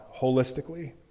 holistically